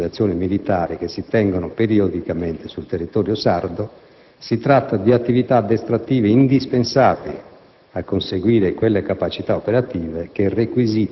Riguardo alla questione sollevata relativa alle esercitazioni militari che si tengono periodicamente sul territorio sardo, si tratta di attività addestrative indispensabili